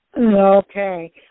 Okay